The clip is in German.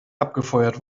abgefeuert